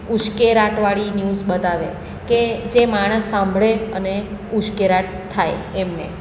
ઉશ્કેરાટવાળી news બતાવે કે જે માણસ સાંભળે અને ઉશ્કેરાટ થાય એમને